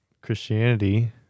Christianity